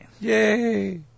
Yay